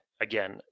Again